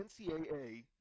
NCAA